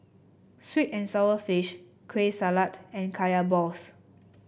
sweet and sour fish Kueh Salat and Kaya Balls